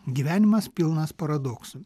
gyvenimas pilnas paradoksų